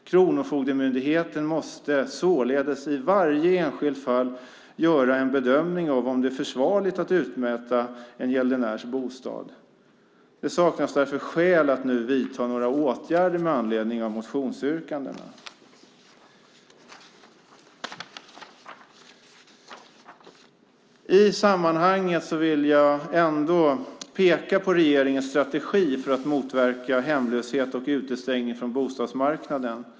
Kronofogdemyndigheten måste således i varje enskilt fall göra en bedömning av om det är försvarligt att utmäta en gäldenärs bostad. Det saknas därför skäl att nu vidta några åtgärder med anledning av motionsyrkandena. I sammanhanget vill jag ändå peka på regeringens strategi för att motverka hemlöshet och utestängning från bostadsmarknaden.